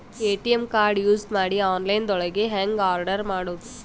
ATM card use ಮಾಡಿ online ದೊಳಗೆ ಹೆಂಗ್ ಆರ್ಡರ್ ಮಾಡುದು?